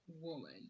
Woman